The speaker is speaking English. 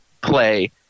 play